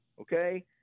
Okay